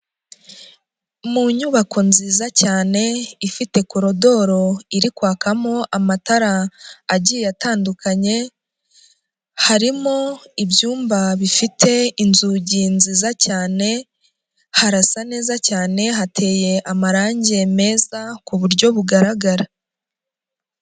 Mu nyubako nziza cyane ifite korodoro iri kwakamo amatara agiye atandukanye, harimo ibyumba bifite inzugi nziza cyane, harasa neza cyane, hateye amarangi meza kuburyo bugaragara.